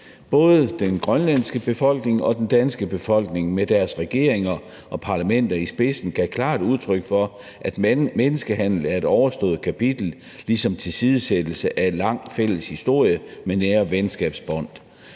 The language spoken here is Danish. Både den grønlandske befolkning og den danske befolkning med deres regeringer og parlamenter i spidsen gav klart udtryk for, at menneskehandel er et overstået kapitel, ligesom tilsidesættelse af en lang fælles historie med nære venskabsbånd